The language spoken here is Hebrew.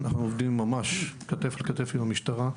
אנחנו עובדים ממש כתף אל כתף עם המשטרה.